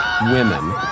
women